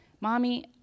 Mommy